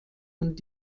und